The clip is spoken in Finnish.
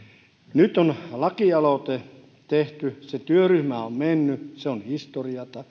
nyt on lakialoite tehty se työryhmä on mennyt se on historiaa